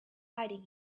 fighting